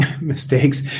mistakes